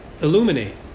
illuminate